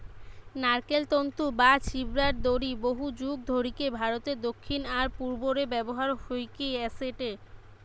নারকেল তন্তু বা ছিবড়ার দড়ি বহুযুগ ধরিকি ভারতের দক্ষিণ আর পূর্ব রে ব্যবহার হইকি অ্যাসেটে